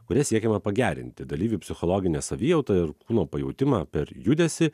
kuria siekiama pagerinti dalyvių psichologinę savijautą ir kūno pajautimą per judesį